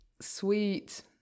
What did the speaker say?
sweet